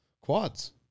quads